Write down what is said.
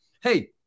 hey